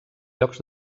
llocs